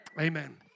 amen